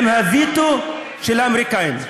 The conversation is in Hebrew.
עם הווטו של האמריקנים.